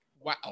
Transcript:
Wow